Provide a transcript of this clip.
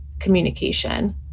communication